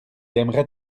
aimerait